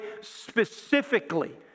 specifically